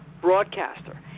broadcaster